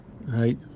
right